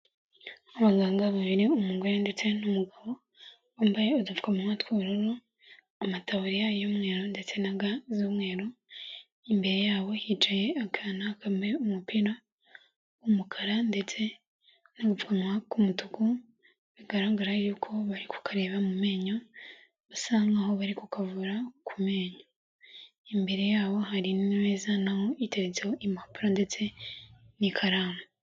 Abaganga babiri umugore ndetse n'umugabo, bambaye udupfumanwa tw'ubururu, amataburiya y'umweru ndetse na ga z'umweru, imbere yabo hicaye akana kambaye umupira w'umukara ndetse n'agapfukamunwa k'umutuku, bigaragara yuko bari kukareba mu menyo, basa nkaho bari kukavura ku menyo, imbere yabo hari imeza itetseho impapuro ndetse n'ikaramu.